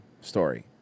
story